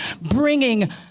bringing